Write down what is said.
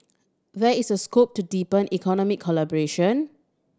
there is a scope to deepen economic collaboration